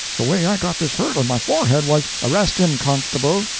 the way i got this hurt on my forehead was arrest him, constable!